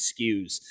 skews